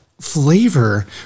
flavor